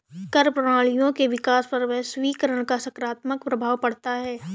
कर प्रणालियों के विकास पर वैश्वीकरण का सकारात्मक प्रभाव पढ़ता है